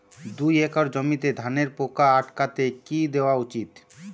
দুই একর জমিতে ধানের পোকা আটকাতে কি দেওয়া উচিৎ?